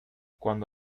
cuando